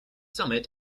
summit